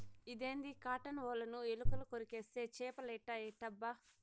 ఇదేంది కాటన్ ఒలను ఎలుకలు కొరికేస్తే చేపలేట ఎట్టబ్బా